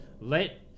let